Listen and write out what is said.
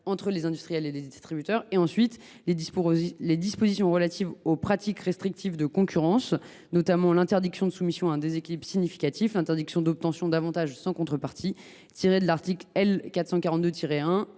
entre les industriels et les distributeurs, ainsi qu’aux dispositions relatives aux pratiques restrictives de concurrence, notamment l’interdiction de soumission à un déséquilibre significatif et l’interdiction d’obtention d’avantages sans contrepartie tirées des articles L. 442 1